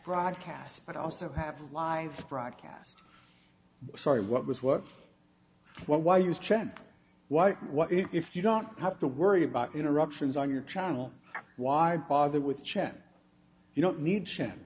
broadcast but also have live broadcast sorry what was what why use chance why what if you don't have to worry about interruptions on your channel why bother with chen you don't need